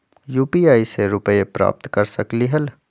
UPI से रुपए प्राप्त कर सकलीहल?